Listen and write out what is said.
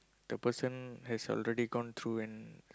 the person has already gone through and